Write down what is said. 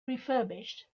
refurbished